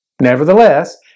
Nevertheless